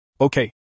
Okay